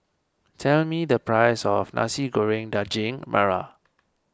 tell me the price of Nasi Goreng Daging Merah